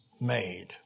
made